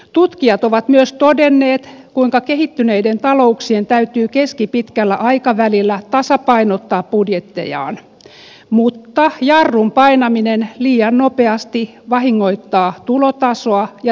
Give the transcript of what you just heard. tutkijat ovat myös todenneet kuinka kehittyneiden talouksien täytyy keskipitkällä aikavälillä tasapainottaa budjettejaan mutta jarrun painaminen liian nopeasti vahingoittaa tulotasoa ja työllisyysnäkymiä